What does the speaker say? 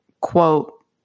quote